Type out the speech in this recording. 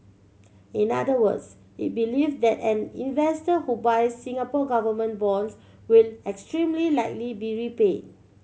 in other words it believe that an investor who buys Singapore Government bonds will extremely likely be repaid